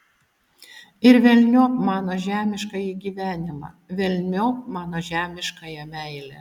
ir velniop mano žemiškąjį gyvenimą velniop mano žemiškąją meilę